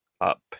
up